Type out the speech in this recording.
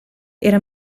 era